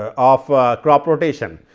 ah ah crop rotation.